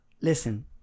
Listen